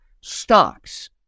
stocks